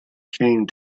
came